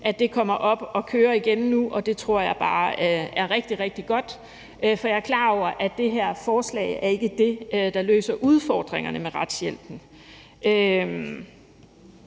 nu igen kommer op at køre, og det tror jeg bare er rigtig, rigtig godt. For jeg er klar over, at det her forslag ikke er det, der løser udfordringerne med retshjælpen.